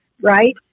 right